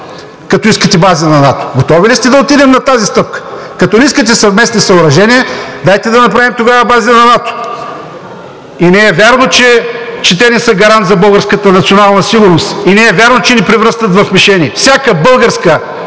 като искате бази на НАТО? Готови ли сте да отидем на тази стъпка? Като не искате съвместни съоръжения, дайте да направим тогава бази на НАТО? И не е вярно, че те не са гарант за българската национална сигурност, и не е вярно, че ни превръщат в мишени. Всяка българска